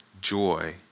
Joy